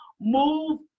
move